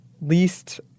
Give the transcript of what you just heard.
least